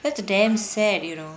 that's damn sad you know